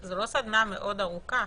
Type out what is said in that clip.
זו לא סדנה מאוד ארוכה,